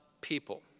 people